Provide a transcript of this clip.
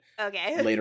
okay